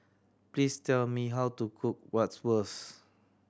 please tell me how to cook Bratwurst